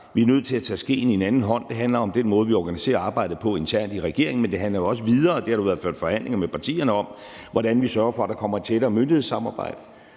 vi er nødt til at tage skeen i den anden hånd. Det handler om den måde, vi organiserer arbejdet på internt i regeringen, men det handler også om – og det har der været ført forhandlinger med partierne om – hvordan vi sørger for, at der kommer tættere myndighedssamarbejde,